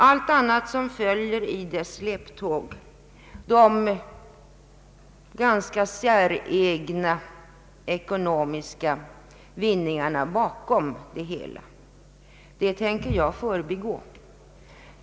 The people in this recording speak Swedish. Allt annat som följer i dess släptåg, de ganska säregna ekonomiska vinningarna bakom det hela, tänker jag förbigå.